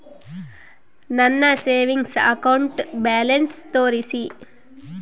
ನನ್ನ savings account balance ತೋರಿಸಿ?